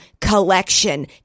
collection